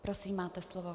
Prosím, máte slovo.